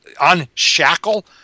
unshackle